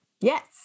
Yes